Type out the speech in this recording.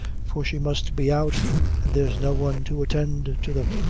for she must be out, and there's no one to attend to them,